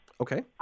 Okay